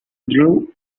drew